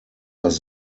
das